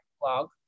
blog